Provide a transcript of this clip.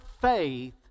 faith